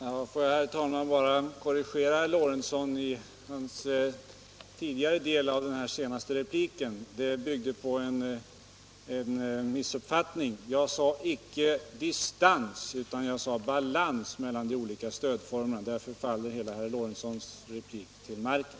Herr talman! Får jag bara korrigera vad herr Lorentzon sade i början av sin senaste replik — det byggde på en missuppfattning. Jag sade icke att vi skulle hålla distans mellan de olika stödformerna, utan jag talade om ”balans”. Därmed faller hela herr Lorentzons replik till marken.